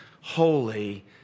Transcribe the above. Holy